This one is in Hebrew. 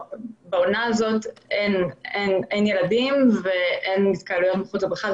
בעונה הזאת אין ילדים ואין התקהלויות מחוץ לבריכה.